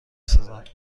سازند